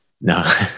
No